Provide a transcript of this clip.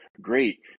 Great